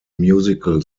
musical